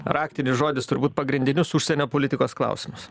raktinis žodis turbūt pagrindinius užsienio politikos klausimus